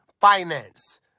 finance